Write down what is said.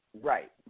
right